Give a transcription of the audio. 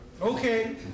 Okay